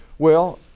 well